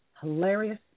Hilarious